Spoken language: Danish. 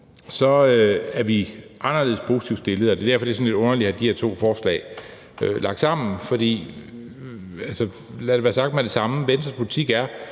er vi anderledes positivt indstillet, og det er derfor, det er lidt underligt, at de her to forslag er lagt sammen. Lad det være sagt med det samme: Venstres politik er,